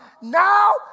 now